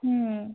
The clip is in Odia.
ହୁଁ